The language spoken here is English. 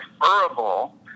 preferable